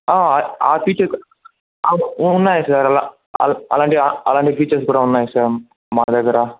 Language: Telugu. ఫీచర్ కూ ఉన్నాయి అల అలాంటి అలాంటి ఫీచర్స్ కూడా ఉన్నాయి సార్ మా దగ్గర